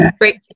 great